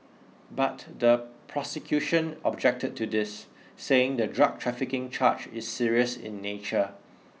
but the prosecution objected to this saying the drug trafficking charge is serious in nature